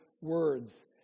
words